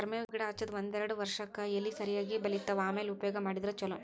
ಕರ್ಮೇವ್ ಗಿಡಾ ಹಚ್ಚದ ಒಂದ್ಯಾರ್ಡ್ ವರ್ಷಕ್ಕೆ ಎಲಿ ಸರಿಯಾಗಿ ಬಲಿತಾವ ಆಮ್ಯಾಲ ಉಪಯೋಗ ಮಾಡಿದ್ರ ಛಲೋ